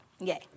Yay